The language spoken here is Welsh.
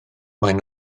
maen